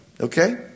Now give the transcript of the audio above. okay